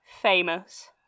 famous